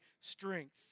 strength